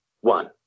one